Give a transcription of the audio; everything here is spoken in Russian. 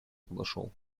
подошел